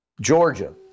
Georgia